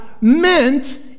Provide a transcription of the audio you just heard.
meant